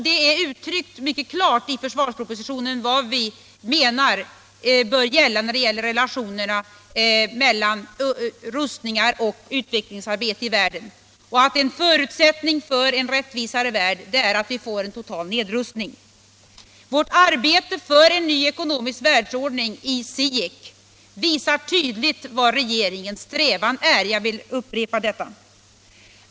Det är uttryckt mycket klart i försvarspropositionen vad vi menar bör gälla i fråga om relationerna mellan rustningar och utvecklingsarbete i världen, och att en förutsättning för en rättvisare värld är att vi får en total nedrustning. Vårt arbete i CIEC för en ny ekonomisk världsordning visar tydligt vad regeringens strävan är — jag vill upprepa detta.